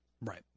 Right